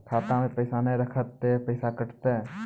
खाता मे पैसा ने रखब ते पैसों कटते?